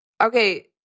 Okay